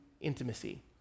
intimacy